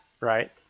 Right